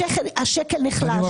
השקל נחלש.